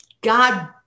God